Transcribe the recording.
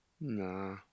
Nah